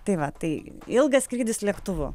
tai va tai ilgas skrydis lėktuvu